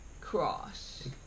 Cross